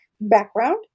background